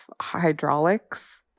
hydraulics